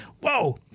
Whoa